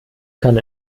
kann